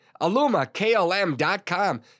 alumaklm.com